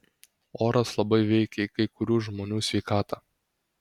oras labai veikia į kai kurių žmonių sveikatą